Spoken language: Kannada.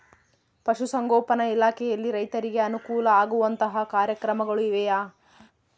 ಪಶುಸಂಗೋಪನಾ ಇಲಾಖೆಯಲ್ಲಿ ರೈತರಿಗೆ ಅನುಕೂಲ ಆಗುವಂತಹ ಕಾರ್ಯಕ್ರಮಗಳು ಇವೆಯಾ?